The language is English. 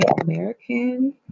American